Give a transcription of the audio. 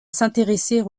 s’intéresser